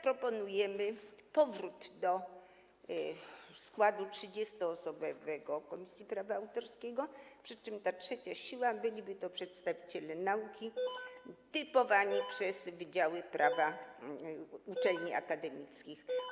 Proponujemy powrót do 30-osobowego składu Komisji Prawa Autorskiego, przy czym tą trzecią siłą byliby przedstawiciele nauki typowani przez wydziały prawa uczelni akademickich.